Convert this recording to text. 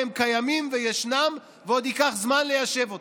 והם קיימים וישנם ועוד ייקח זמן ליישב אותם.